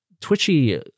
twitchy